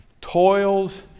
toils